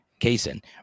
Kaysen